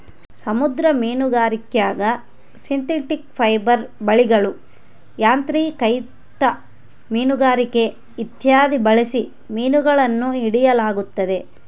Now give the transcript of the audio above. ಸಮುದ್ರ ಮೀನುಗಾರಿಕ್ಯಾಗ synthetic fibre ಬಲೆಗಳು, ಯಾಂತ್ರಿಕೃತ ಮೀನುಗಾರಿಕೆ ಇತ್ಯಾದಿ ಬಳಸಿ ಮೀನುಗಳನ್ನು ಹಿಡಿಯಲಾಗುತ್ತದೆ